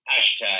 Hashtag